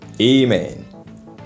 Amen